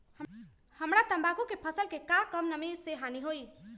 हमरा तंबाकू के फसल के का कम नमी से हानि होई?